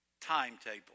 timetable